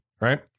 right